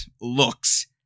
looks